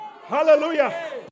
Hallelujah